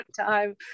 time